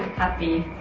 happy